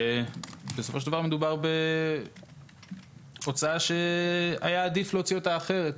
ובסופו של דבר מדובר בהוצאה שהיה עדיף להוציא אותה אחרת,